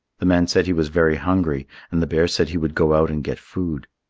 the man said he was very hungry, and the bear said he would go out and get food.